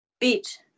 beach